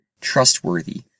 Trustworthy